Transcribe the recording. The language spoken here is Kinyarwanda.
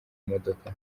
modoka